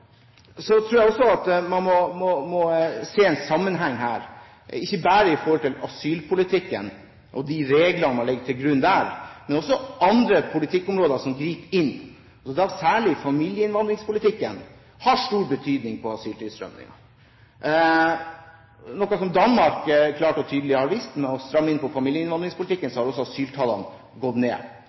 tror jeg også at man må se en sammenheng her, ikke bare i forhold til asylpolitikken og de reglene man legger til grunn der, men også i forhold til andre politikkområder som griper inn, og særlig familieinnvandringspolitikken har stor betydning for asyltilstrømmingen – noe Danmark klart og tydelig har vist. Ved å stramme inn på familieinnvandringspolitikken har asyltallene gått ned.